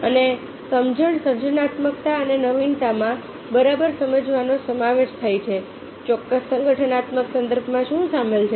અને સમજણ સર્જનાત્મકતા અને નવીનતામાં બરાબર સમજવાનો સમાવેશ થાય છે ચોક્કસ સંગઠનાત્મક સંદર્ભમાં શું સામેલ છે